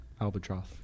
Albatross